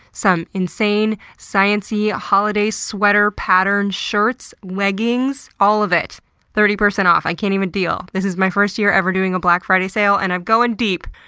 some insane, sciencey, holiday sweater patterned shirts, leggings. all of it thirty percent off. i can't even deal. this is my first year ever doing a black friday sale and i'm going deep.